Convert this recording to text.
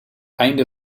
einde